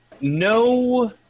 No